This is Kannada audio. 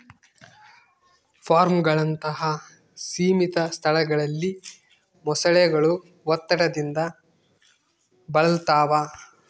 ಫಾರ್ಮ್ಗಳಂತಹ ಸೀಮಿತ ಸ್ಥಳಗಳಲ್ಲಿ ಮೊಸಳೆಗಳು ಒತ್ತಡದಿಂದ ಬಳಲ್ತವ